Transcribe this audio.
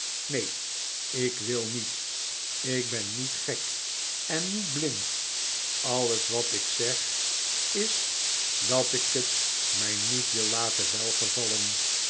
neen ik wil niet ik ben niet gek en niet blind alles wat ik zeg is dat ik het mij niet wil laten welgevallen